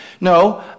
No